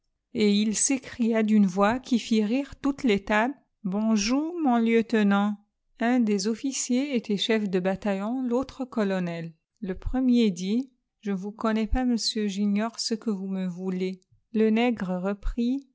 et il s'écria d'une voix qui fit rire toutes les tables bonjou mon lieutenant un des officiers était chef de bataillon l'autre colonel le premier dit je ne vous connais pas monsieur j'ignore ce que vous me voulez le nègre reprit